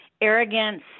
arrogance